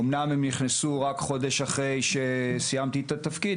אמנם הם נכנסו רק חודש אחרי שסיימתי את התפקיד,